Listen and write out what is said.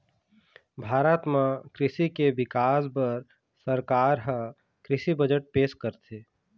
भारत म कृषि के बिकास बर सरकार ह कृषि बजट पेश करथे